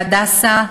ב"הדסה"